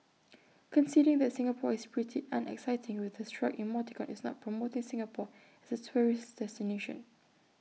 conceding that Singapore is pretty unexciting with A shrug emoticon is not promoting Singapore as A tourist destination